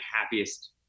happiest